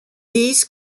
these